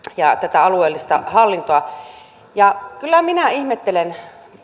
ja tätä alueellista hallintoa kyllä minä ihmettelen